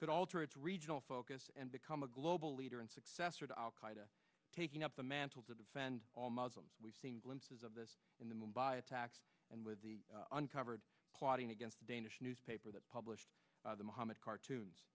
could alter its regional focus and become a global leader and successor to al qaida taking up the mantle to defend all muslims we've seen glimpses of this in the mumbai attacks and with the uncovered plotting against the danish newspaper that published the mohammed cartoons